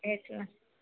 એટલે